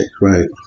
Right